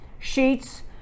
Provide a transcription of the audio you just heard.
sheets